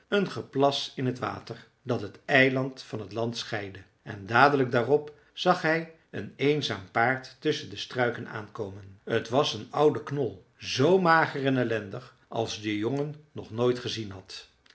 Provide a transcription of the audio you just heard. een geplas in het water dat het eiland van het land scheidde en dadelijk daarop zag hij een eenzaam paard tusschen de struiken aankomen t was een oude knol z mager en ellendig als de jongen nog nooit gezien had